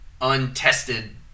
untested